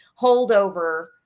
holdover